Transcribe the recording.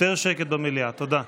תודה.